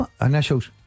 Initials